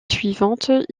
suivante